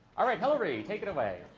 all right, hillary. take it away.